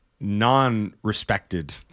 non-respected